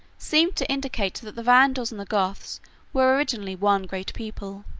seemed to indicate that the vandals and the goths were originally one great people.